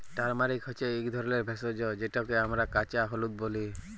turmeric হছে ইক ধরলের ভেষজ যেটকে আমরা কাঁচা হলুদ ব্যলি